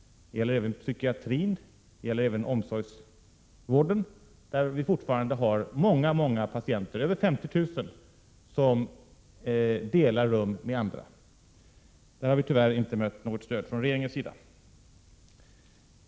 Det gäller även inom psykiatrin och omsorgsvården, där vi fortfarande har många patienter — över 50 000 — som delar rum med andra. Vi har tyvärr 173 inte fått något stöd från regeringens sida för detta.